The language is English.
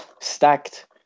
stacked